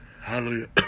Hallelujah